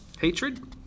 Hatred